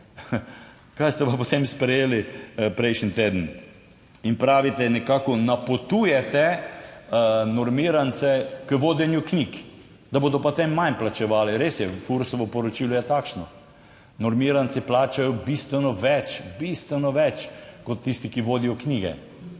Kaj ste pa potem sprejeli prejšnji teden? In pravite, nekako napotujete normirance k vodenju knjig, da bodo potem manj plačevali. Res je, Fursovo poročilo je takšno, normiranci plačajo bistveno več, bistveno več kot tisti, ki vodijo knjige,